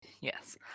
Yes